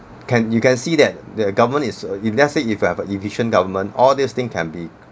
can you can see that the government is if let's say you have a efficient government all this thing can be